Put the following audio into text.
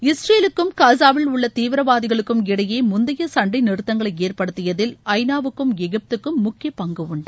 இஸ்ரேலுக்கும் காஸாவில் உள்ள தீவிரவாதிகளுக்கும் இடையே முந்தைய சண்டைநிறுத்தங்களை ஏற்படுத்தியதில் ஐநாவுக்கும் எகிப்துக்கும் முக்கிய பங்கு உண்டு